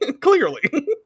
clearly